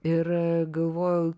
ir galvoju